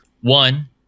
one